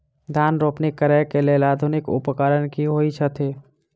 धान रोपनी करै कऽ लेल आधुनिक उपकरण की होइ छथि?